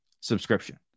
subscription